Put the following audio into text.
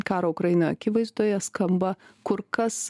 karo ukrainoje akivaizdoje skamba kur kas